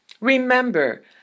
Remember